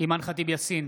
אימאן ח'טיב יאסין,